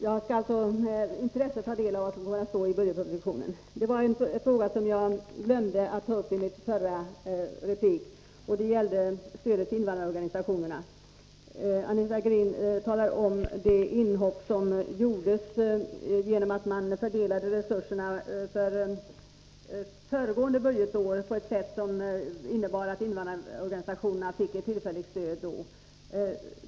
Jag skall alltså med intresse ta del av vad som kommer att Allmänpolitisk destå i budgetpropositionen. batt Det var en fråga som jag glömde ta upp i min förra replik, nämligen stödet till invandrarorganisationerna. Anita Gradin talade om det inhopp som gjordes genom att man fördelade resurserna för föregående budgetår på ett sätt som innebar att invandrarorganisationerna fick ett tillfälligt stöd.